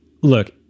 Look